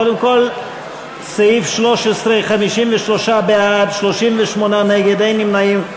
קודם כול, סעיף 13: 53 בעד, 38 נגד, אין נמנעים.